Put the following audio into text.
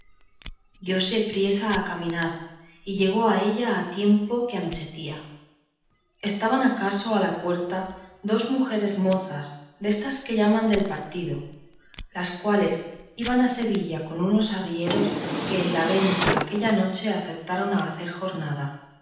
le encaminaba diose priesa a caminar y llegó a ella a tiempo que anochecía estaban acaso a la puerta dos mujeres mozas destas que llaman del partido las cuales iban a sevilla con unos arrieros que en la venta aquella noche acertaron a hacer jornada